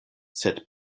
sed